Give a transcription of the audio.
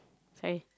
fine